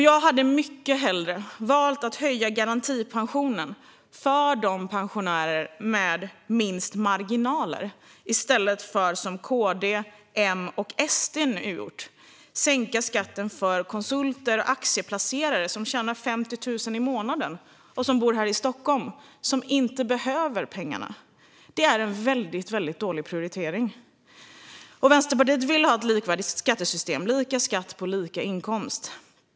Jag hade mycket hellre valt att höja garantipensionen för de pensionärer som har minst marginaler, i stället för att, som KD, M och SD nu gjort, sänka skatten för konsulter och aktieplacerare som tjänar 50 000 i månaden och bor här i Stockholm, som inte behöver pengarna. Detta är en väldigt dålig prioritering. Vänsterpartiet vill ha ett likvärdigt skattesystem - lika skatt på lika inkomst.